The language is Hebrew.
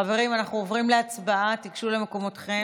חברים, אנחנו עוברים להצבעה, גשו למקומותיכם.